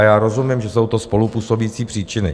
Já rozumím, že jsou to spolupůsobící příčiny.